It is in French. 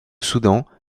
soudan